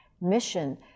mission